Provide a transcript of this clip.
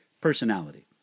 personality